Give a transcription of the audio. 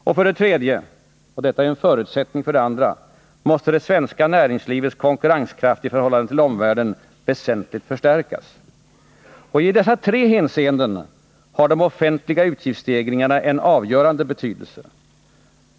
Och för det tredje — och detta är en förutsättning för det andra — måste det svenska näringslivets konkurrenskraft i förhållande till omvärlden väsentligt förstärkas. I dessa tre hänseenden har de offentliga utgiftsstegringarna en avgörände betydelse.